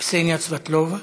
קסניה סבטלובה,